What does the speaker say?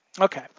Okay